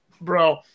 Bro